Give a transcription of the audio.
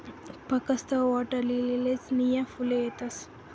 फकस्त वॉटरलीलीलेच नीया फुले येतस